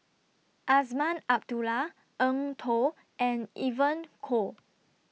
Azman Abdullah Eng Tow and Evon Kow